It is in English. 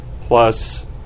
Plus